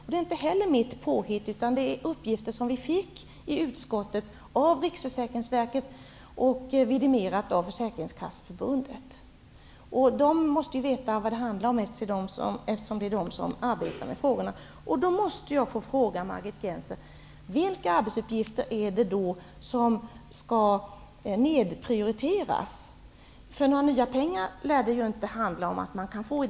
Detta är inte heller mitt påhitt, utan det är uppgifter som vi fick i utskottet av Försäkringskasseförbundet. De måste ju veta vad det handlar om, eftersom de arbetar med frågorna. Några nya pengar i den storleksordningen lär man ju inte få.